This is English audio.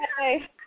Hi